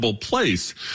Place